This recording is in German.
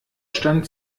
stand